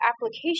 application